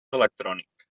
electrònic